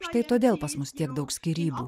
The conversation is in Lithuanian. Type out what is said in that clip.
štai todėl pas mus tiek daug skyrybų